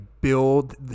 build